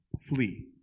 flee